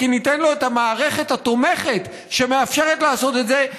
כי ניתן לו את המערכת התומכת שמאפשרת לעשות את זה,